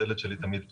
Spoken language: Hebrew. הדלת שלי תמיד פתוחה.